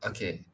Okay